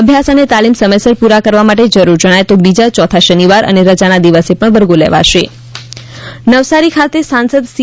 અભ્યાસ અને તાલીમ સમયસર પ્રરા કરવા માટે જરૂર જણાય તો બીજા ચોથા શનિવાર અને રજાના દિવસે પણ વર્ગો લેવાશે નવસારી બેઠક સી આર પાટિલ નવસારી ખાતે સાંસદ સી